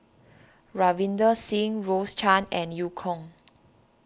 Ravinder Singh Rose Chan and Eu Kong